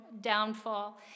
downfall